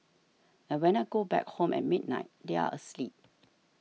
and when I go back home at midnight they are asleep